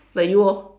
like you orh